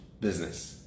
business